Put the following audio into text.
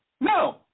No